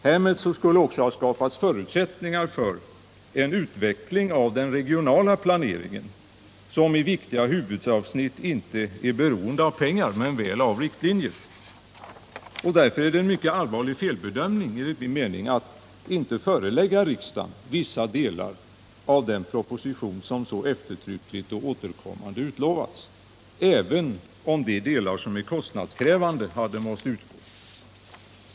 Härmed skulle också ha skapats förutsättningar för en utredning av den regionala planeringen, som i viktiga huvudavsnitt inte är beroende av pengar men väl av riktlinjer. Därför är det en mycket allvarlig felbedömning att inte förelägga riksdagen vissa delar av den proposition som så eftertryckligt och återkommande utlovats, även om de delar som är kostnadskrävande måste utgå.